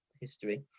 history